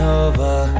over